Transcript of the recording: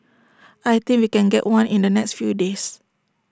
I think we can get one in the next few days